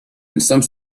some